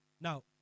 Now